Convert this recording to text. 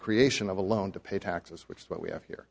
creation of a loan to pay taxes which is what we have here